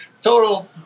total